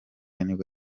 nibwo